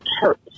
hurt